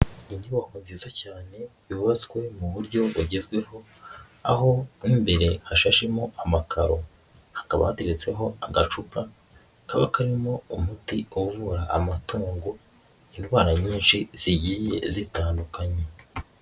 Inyubako nziza cyane yubatswe mu buryo bugezweho aho mo imbere hashashemo amakaro, hakaba hateretseho agacupa kaba karimo umuti uvura amatungo indwara nyinshi zigiye zitandukanye.